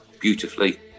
beautifully